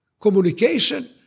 communication